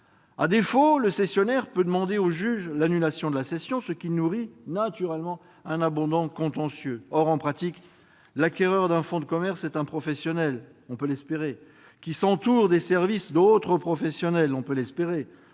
À défaut, le cessionnaire peut demander au juge l'annulation de la cession, ce qui nourrit un abondant contentieux. Or, en pratique, l'acquéreur d'un fonds de commerce est un professionnel- on peut l'espérer -, qui s'entoure des services d'autres professionnels- on peut l'espérer